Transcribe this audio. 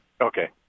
Okay